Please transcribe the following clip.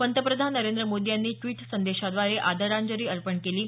पंतप्रधान नरेंद्र मोदी यांनी ट्वीट संदेशाद्वारे आदरांजली अर्पण केली आहे